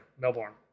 Melbourne